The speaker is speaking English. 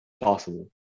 possible